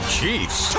Chiefs